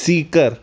Sikar